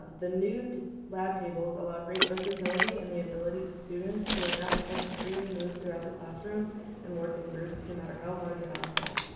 the new lab tables allow great versatility and the abilities of students who are now able to freely move throughout the classroom and work in groups, no matter how large or how small.